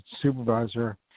supervisor